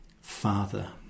father